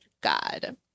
God